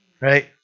right